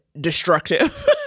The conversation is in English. destructive